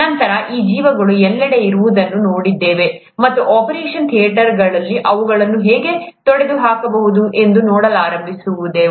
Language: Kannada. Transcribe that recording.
ನಂತರ ನಾವು ಈ ಜೀವಿಗಳು ಎಲ್ಲೆಡೆ ಇರುವುದನ್ನು ನೋಡಿದ್ದೇವೆ ಮತ್ತು ಆಪರೇಷನ್ ಥಿಯೇಟರ್ನಲ್ಲಿ ಅವುಗಳನ್ನು ಹೇಗೆ ತೊಡೆದುಹಾಕಬೇಕು ಎಂದು ನೋಡಲಾರಂಭಿಸಿದೆವು